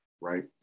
right